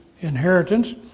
inheritance